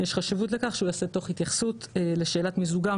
יש חשיבות לכך שהוא ייעשה תוך התייחסות לשאלת מיזוגם